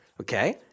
Okay